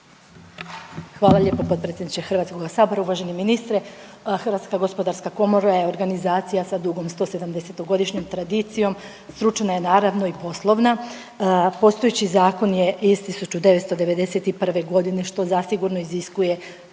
Hvala lijepo potpredsjedniče Hrvatskog sabora. Uvaženi ministre HGK je organizacija sa dugom 170-to godišnjom tradicijom, stručna je naravno i poslovna. Postojeći zakon je iz 1991. godine što zasigurno iziskuje